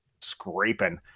scraping